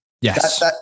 Yes